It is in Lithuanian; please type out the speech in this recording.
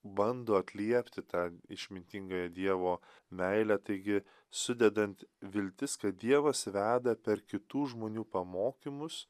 bando atliepti tą išmintingąją dievo meilę taigi sudedant viltis kad dievas veda per kitų žmonių pamokymus